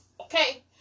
Okay